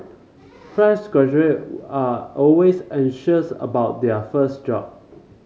fresh graduate are always anxious about their first job